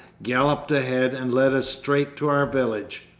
galloped ahead, and led us straight to our village.